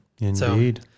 Indeed